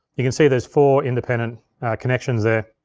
you can see, there's four independent connections there.